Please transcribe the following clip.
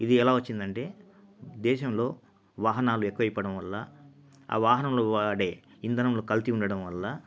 ఇది ఎలా వచ్చింది అంటే దేశంలో వాహనాలు ఎక్కువ అయిపోవడం వల్ల ఆ వాహనంలో వాడే ఇందనంలో కల్తీ ఉండడం వల్ల